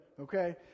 okay